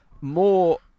more